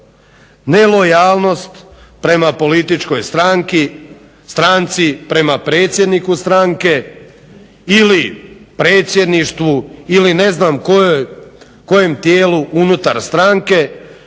Nelojalnost prema političkoj stranci, prema predsjedniku stranke ili predsjedništvu ili ne znam kojem tijelu unutar stranke